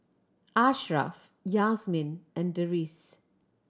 Ashraff Yasmin and Deris